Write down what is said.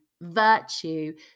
virtue